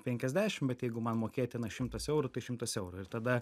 penkiasdešimt bet jeigu man mokėtina šimtas eurų tai šimtas eurų ir tada